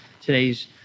today's